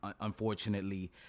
unfortunately